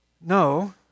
No